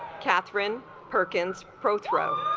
catherine perkins pro tro